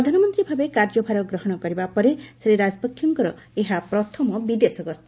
ପ୍ରଧାନମନ୍ତ୍ରୀ ଭାବେ କାର୍ଯ୍ୟଭାର ଗ୍ରହଣ କରିବା ପରେ ଶ୍ରୀ ରାଜପକ୍ଷେଙ୍କର ଏହା ପ୍ରଥମ ବିଦେଶ ଗସ୍ତ